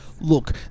look